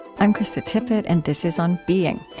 i'm krista tippett and this is on being.